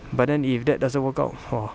but then if that doesn't work out !whoa!